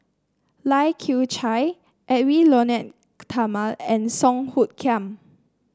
Lai Kew Chai Edwy Lyonet Talma and Song Hoot Kiam